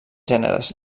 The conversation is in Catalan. gèneres